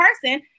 person